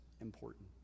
important